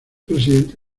presidente